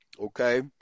okay